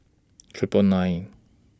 Triple nine